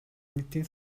нийтийн